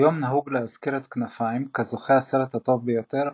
כיום נהוג להזכיר את "כנפיים" כזוכה הסרט הטוב ביותר,